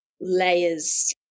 layers